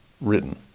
written